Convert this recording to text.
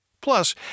Plus